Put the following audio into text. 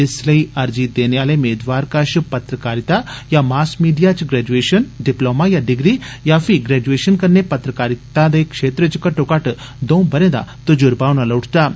इस लेई अर्जी देने आले मेदवार कष पत्रकारिता जाँ मास मीडिया च ग्रैजुएषन डिपलोमा जाँ डिग्री जाँ पही ग्रैजुएषन कन्नै पत्रकारिता दे क्षेत्र च घट्टो घट्ट दऊं बरें दा तजुर्बा होना लोड़चदा ऐ